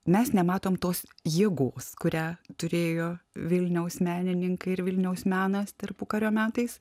mes nematom tos jėgos kurią turėjo vilniaus menininkai ir vilniaus menas tarpukario metais